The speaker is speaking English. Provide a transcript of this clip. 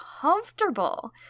comfortable